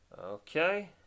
Okay